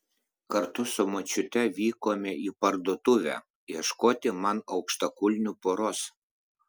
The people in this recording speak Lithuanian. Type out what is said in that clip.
kartu su močiute vykome į parduotuvę ieškoti man aukštakulnių poros